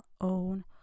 own